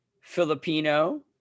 Filipino